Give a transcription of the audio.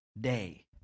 day